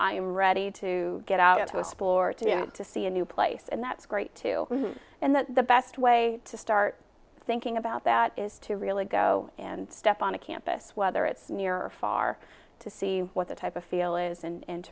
i'm ready to get out to explore to get to see a new place and that's great too and that the best way to start thinking about that is to really go and step on a campus whether it's near or far to see what the type of feel is and